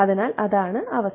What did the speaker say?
അതിനാൽ അതാണ് അവസ്ഥ